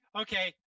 okay